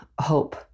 hope